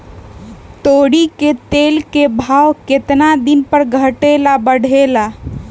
तोरी के तेल के भाव केतना दिन पर घटे ला बढ़े ला?